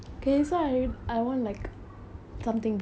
aesthetic !wah! okay then